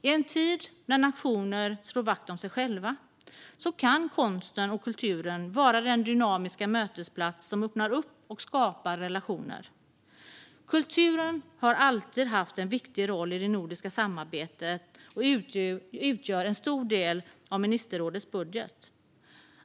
I en tid när nationer slår vakt om sig själva kan konsten och kulturen vara den dynamiska mötesplats som öppnar upp och skapar relationer. Kulturen har alltid haft en viktig roll i det nordiska samarbetet och utgör en stor del av ministerrådets budget.